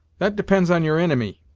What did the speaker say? that depends on your inimy.